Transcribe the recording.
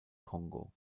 kongo